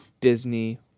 Disney